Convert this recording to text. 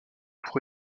pour